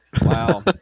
Wow